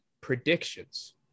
predictions